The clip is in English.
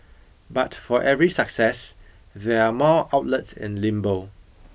but for every success there are more outlets in limbo